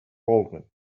baldwin